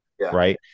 Right